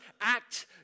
act